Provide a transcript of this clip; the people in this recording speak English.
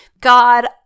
God